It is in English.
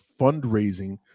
fundraising